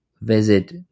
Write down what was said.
visit